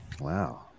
Wow